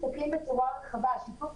שתדבר על שני השקפים האחרונים,